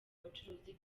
bacuruzi